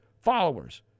followers